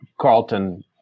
carlton